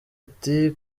ati